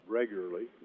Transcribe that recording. regularly